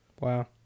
Wow